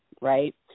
right